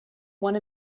one